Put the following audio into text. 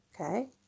okay